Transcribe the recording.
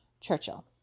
churchill